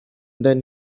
then